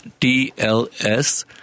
TLS